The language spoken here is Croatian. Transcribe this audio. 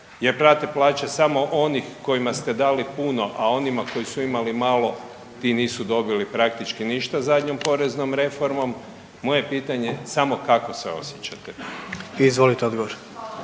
prate plaće samo onih kojima ste dali puno, a onima koji su imali malo ti nisu dobili praktički ništa zadnjom poreznom reformom. Moje pitanje je samo kako se osjećate? **Jandroković,